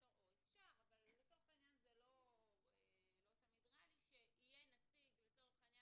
או אפשר אבל לצורך העניין זה לא תמיד רע לי שיהיה נציג בבריאות,